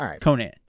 Conan